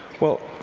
well,